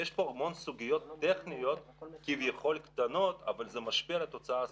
יש פה המון סוגיות כביכול קטנות אבל זה משפיע על התוצאה הסופית.